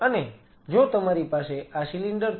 અને જો તમારી પાસે આ સિલિન્ડર છે